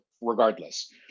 regardless